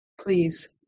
please